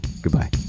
Goodbye